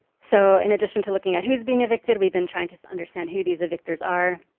so in addition to looking at who's being evicted we've been trying to understand who these evictors are.